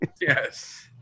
Yes